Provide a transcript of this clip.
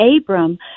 Abram